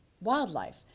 wildlife